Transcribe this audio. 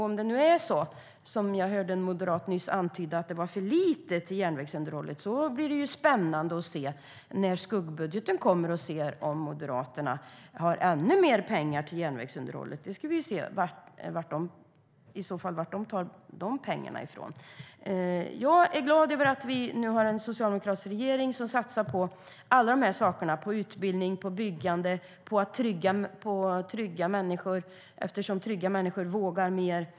Om det nu är så som jag nyss hörde en moderat antyda, att det var för lite till järnvägsunderhållet, så blir det ju spännande att se när skuggbudgeten kommer om Moderaterna har ännu mer pengar till järnvägsunderhållet. Då får vi se var dessa pengar i så fall tas ifrån. Jag är glad över att vi nu har en socialdemokratisk regering som satsar på utbildning och byggande och på trygga människor, eftersom trygga människor vågar mer.